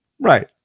right